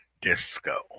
disco